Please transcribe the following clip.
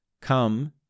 come